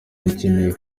dukeneye